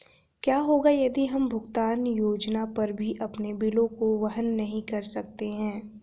क्या होगा यदि हम भुगतान योजना पर भी अपने बिलों को वहन नहीं कर सकते हैं?